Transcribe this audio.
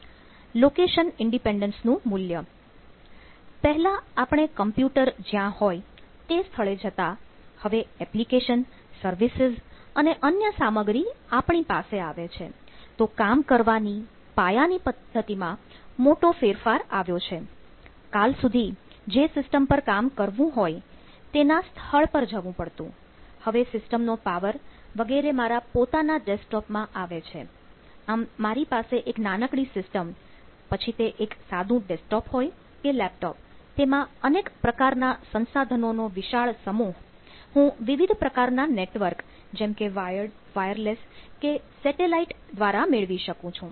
location independence તેમાં અનેક પ્રકારના સંસાધનોનો વિશાળ સમૂહ હું વિવિધ પ્રકારના નેટવર્ક જેમકે વાયર્ડ વાયરલેસ કે સેટેલાઈટ દ્વારા મેળવી શકું છું